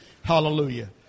Hallelujah